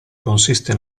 consiste